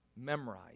memorize